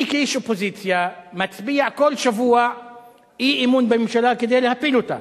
אני כאיש אופוזיציה מצביע כל שבוע אי-אמון בממשלה כדי להפיל אותה.